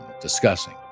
discussing